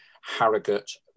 Harrogate